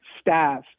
staff